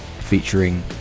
featuring